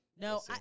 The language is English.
No